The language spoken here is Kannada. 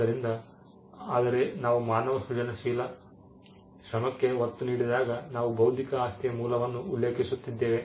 ಆದ್ದರಿಂದ ಆದರೆ ನಾವು ಮಾನವ ಸೃಜನಶೀಲ ಶ್ರಮಕ್ಕೆ ಒತ್ತು ನೀಡಿದಾಗ ನಾವು ಬೌದ್ಧಿಕ ಆಸ್ತಿಯ ಮೂಲವನ್ನು ಉಲ್ಲೇಖಿಸುತ್ತಿದ್ದೇವೆ